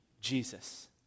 Jesus